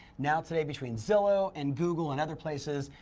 now today between zillow and google and other places,